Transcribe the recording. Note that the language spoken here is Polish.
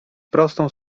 prostą